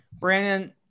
Brandon